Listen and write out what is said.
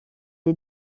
est